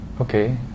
Okay